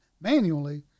manually